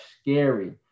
scary